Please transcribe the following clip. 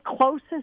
closest